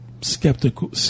skeptical